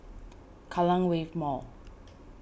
Kallang Wave Mall